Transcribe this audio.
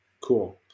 Cool